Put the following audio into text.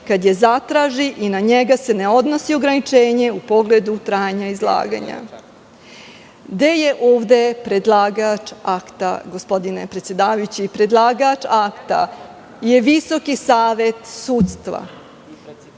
kad je zatraži i na njega se ne odnosi ograničenje u pogledu trajanja izlaganja".Gde je ovde predlagač akta, gospodine predsedavajući? Predlagač akta je Visoki savet sudstva.